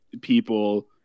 people